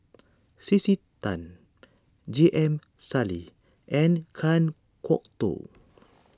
C C Tan J M Sali and Kan Kwok Toh